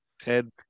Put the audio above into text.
Ted